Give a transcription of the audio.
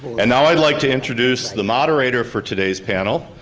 and now i'd like to introduce the moderator for today's panel,